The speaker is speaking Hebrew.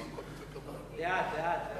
18)